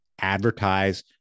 advertise